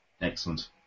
excellent